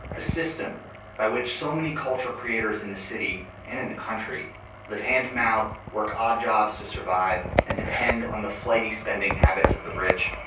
the system by which so many cultural creators in the city and in the country live hand to mouth, work odd jobs to survive and depend on the flighty spending habits of the rich,